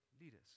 leaders